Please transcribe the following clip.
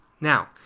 Now